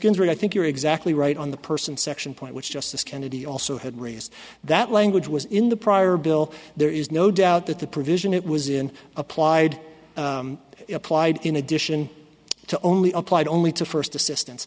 ginsburg i think you're exactly right on the person section point which justice kennedy also had raised that language was in the prior bill there is no doubt that the provision it was in applied applied in addition to only applied only to first assistance